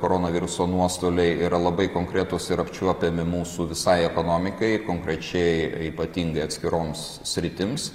koronaviruso nuostoliai yra labai konkretūs ir apčiuopiami mūsų visai ekonomikai konkrečiai ypatingai atskiroms sritims